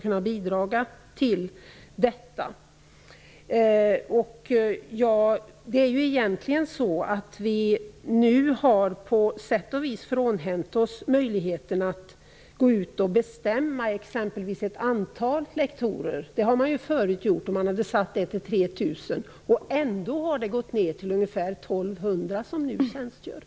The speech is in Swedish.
Nu har vi på sätt och vis frånhänt oss möjligheterna att fatta beslut om ett visst antal lektorer. Det gjorde man förut, och man angav antalet till 3 000. Trots detta tjänstgör för närvarande bara 1 200 lektorer.